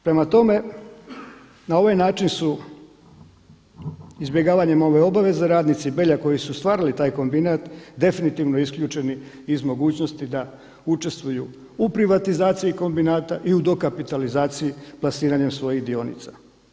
Prema tome, na ovaj način su izbjegavanjem ove obaveze radnici Belja koji su stvarali taj kombinat definitivno isključeni iz mogućnosti da učestvuju u privatizaciji kombinata i u dokapitalizaciji plasiranjem svojih dionica.